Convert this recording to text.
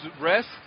rest